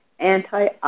antioxidant